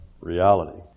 reality